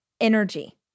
energy